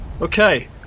Okay